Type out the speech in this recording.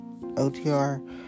OTR